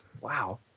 Wow